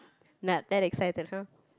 not that excited [hurh]